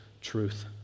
truth